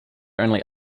only